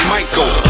Michael